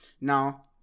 now